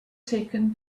taken